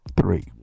three